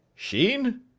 Sheen